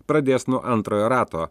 pradės nuo antrojo rato